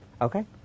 Okay